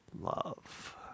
love